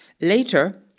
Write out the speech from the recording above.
Later